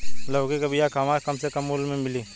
लौकी के बिया कहवा से कम से कम मूल्य मे मिली?